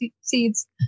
seeds